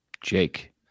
Jake